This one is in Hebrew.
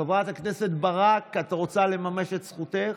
חברת הכנסת ברק, את רוצה לממש את זכותך?